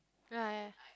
ya